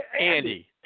Andy